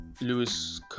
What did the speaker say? Lewis